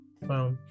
Wow